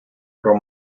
про